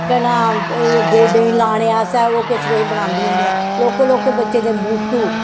केह् नांऽ गोड्डें गी लाने आस्तै ओह् किश किश बनांदियां होंदियां लौह्के लौह्के बच्चें दे बूटू